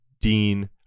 Dean